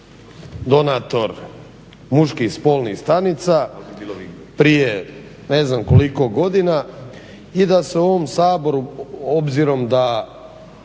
donator muških spolnih stanica prije ne znam koliko godina i da se u ovom Saboru obzirom da